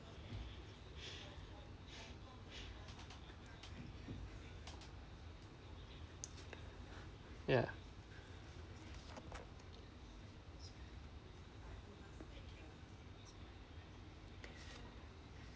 ya